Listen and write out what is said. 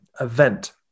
event